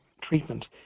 treatment